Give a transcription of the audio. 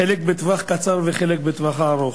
חלק לטווח קצר וחלק לטווח ארוך.